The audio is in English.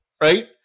right